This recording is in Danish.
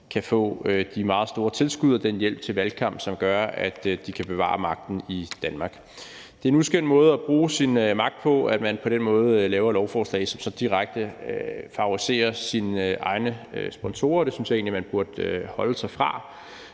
kan få de meget store tilskud og den hjælp til valgkamp, som gør, at de kan bevare magten i Danmark. Det er en uskøn måde at bruge sin magt på, at man på den måde laver et lovforslag, som så direkte favoriserer ens egne sponsorer, og det synes jeg egentlig man burde holde sig fra.